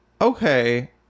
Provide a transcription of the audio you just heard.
okay